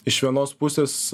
iš vienos pusės